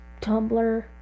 Tumblr